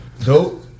dope